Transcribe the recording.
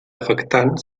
afectant